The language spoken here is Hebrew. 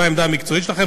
מה העמדה המקצועית שלכם?